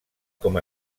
com